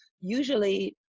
usually